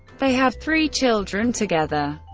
they have three children together,